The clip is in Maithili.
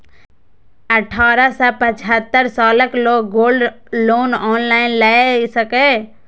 अठारह सं पचहत्तर सालक लोग गोल्ड लोन ऑनलाइन लए सकैए